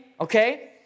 Okay